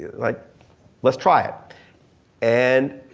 like let's try it and,